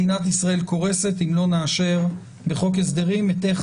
מדינת ישראל קורסת אם לא נאשר בחוק הסדרים איך